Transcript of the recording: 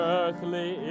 earthly